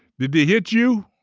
did they hit you?